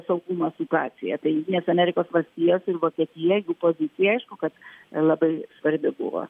saugumo situacija tai jungtinės amerikos valstijos ir vokietija pozicija aišku kad labai svarbi buvo